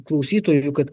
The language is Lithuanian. klausytojų kad